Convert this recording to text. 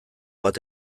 bat